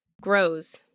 grows